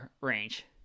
range